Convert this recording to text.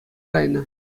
кайнӑ